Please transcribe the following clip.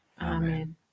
Amen